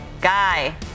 Guy